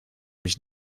mich